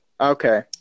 okay